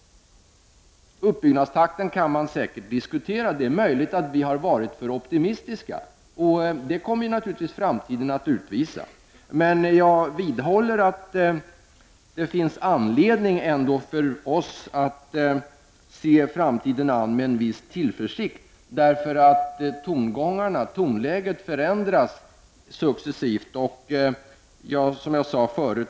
Det går säkert att diskutera uppbyggnadstakten. Det är möjligt att vi har varit för optimistiska, och det kommer naturligtvis framtiden att utvisa. Men jag vidhåller att det finns anledning för oss att se framtiden an med en viss tillförsikt. Tonläget förändras successivt.